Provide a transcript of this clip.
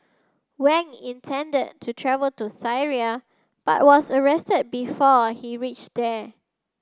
Wang intended to travel to Syria but was arrested before he reached there